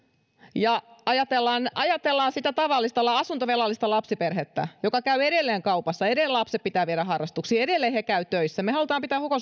ajatellaan ajatellaan sitä tavallista asuntovelallista lapsiperhettä joka käy edelleen kaupassa edelleen lapset pitää viedä harrastuksiin edelleen vanhemmat käyvät töissä me haluamme pitää koko